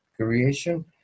creation